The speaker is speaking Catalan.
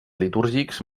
litúrgics